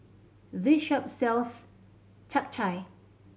this shop sells Japchae